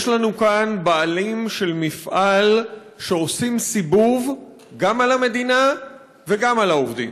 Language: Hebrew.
יש לנו כאן בעלים של מפעל שעושים סיבוב גם על המדינה וגם על העובדים.